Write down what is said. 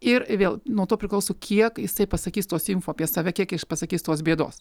ir vėl nuo to priklauso kiek jisai pasakys tos info apie save kiek iš pasakys tos bėdos